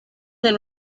and